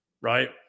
right